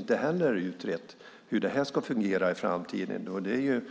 Inte heller här är det utrett hur detta ska fungera i framtiden. Men det är